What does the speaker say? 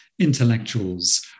intellectuals